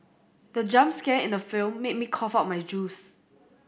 the jump scare in the film made me cough out my juice